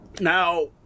Now